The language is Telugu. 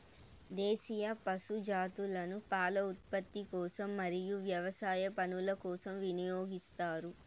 దేశీయ పశు జాతులను పాల ఉత్పత్తి కోసం మరియు వ్యవసాయ పనుల కోసం వినియోగిస్తారు